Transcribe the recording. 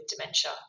dementia